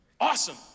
awesome